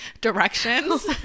directions